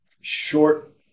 short